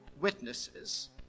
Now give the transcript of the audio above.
witnesses